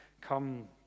come